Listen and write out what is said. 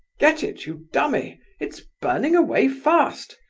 get it, you dummy, it's burning away fast!